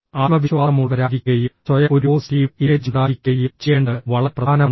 ആത്മവിശ്വാസമുള്ളവരായിരിക്കുകയും സ്വയം ഒരു positive image ഉണ്ടായിരിക്കുകയും ചെയ്യേണ്ടത് വളരെ പ്രധാനമാണ്